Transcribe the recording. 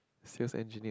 sales engineer